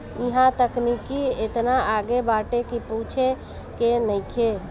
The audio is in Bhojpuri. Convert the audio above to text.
इहां तकनीकी एतना आगे बाटे की पूछे के नइखे